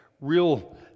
real